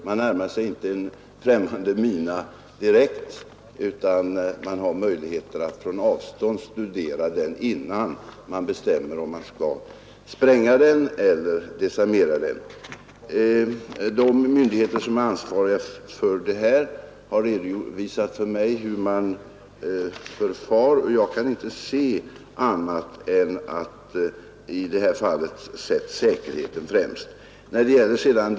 Man närmar sig inte en främmande mina direkt, utan man har möjligheter att på avstånd studera den innan man bestämmer om man skall spränga den eller desarmera den. De myndigheter som är ansvariga för detta har redovisat för mig hur man förfar, och jag kan inte se annat än att säkerheten i detta fall sätts främst.